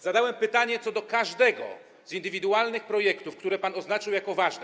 Zadałem pytanie co do każdego z indywidualnych projektów, które pan oznaczył jako ważne.